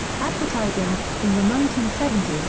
advertising in the nineteen seventy s,